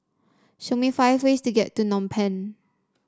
show me five ways to get to Phnom Penh